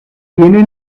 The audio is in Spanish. tiene